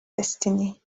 destiny